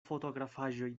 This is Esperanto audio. fotografaĵoj